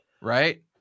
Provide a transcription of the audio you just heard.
Right